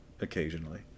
occasionally